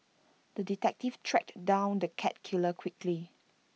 the detective tracked down the cat killer quickly